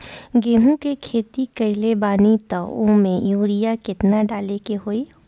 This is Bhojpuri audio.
गेहूं के खेती कइले बानी त वो में युरिया केतना डाले के होई?